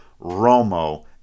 Romo